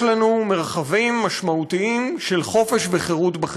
יש לנו מרחבים משמעותיים של חופש וחירות,